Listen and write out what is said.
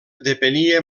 depenia